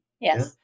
Yes